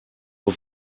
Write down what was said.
auf